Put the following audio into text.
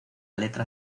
letra